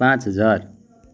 पाँच हजार